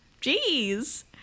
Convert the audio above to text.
Jeez